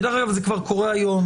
דרך אגב, זה כבר קורה היום.